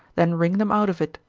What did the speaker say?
then wring them out of it,